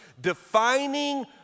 defining